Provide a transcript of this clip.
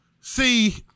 See